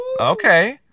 Okay